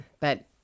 But-